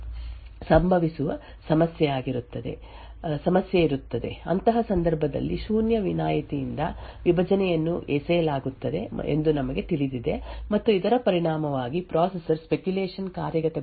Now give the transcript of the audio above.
ಆದ್ದರಿಂದ ಆರ್1 0 ಗೆ ಸಮನಾಗಿದ್ದರೆ ಸಂಭವಿಸುವ ಸಮಸ್ಯೆಯಿರುತ್ತದೆ ಅಂತಹ ಸಂದರ್ಭದಲ್ಲಿ ಶೂನ್ಯ ವಿನಾಯಿತಿಯಿಂದ ವಿಭಜನೆಯನ್ನು ಎಸೆಯಲಾಗುತ್ತದೆ ಎಂದು ನಮಗೆ ತಿಳಿದಿದೆ ಮತ್ತು ಇದರ ಪರಿಣಾಮವಾಗಿ ಪ್ರೊಸೆಸರ್ ಸ್ಪೆಕ್ಯುಲೇಶನ್ ಕಾರ್ಯಗತಗೊಳಿಸುವಿಕೆಯನ್ನು ತ್ಯಜಿಸಬೇಕಾಗುತ್ತದೆ